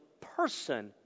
person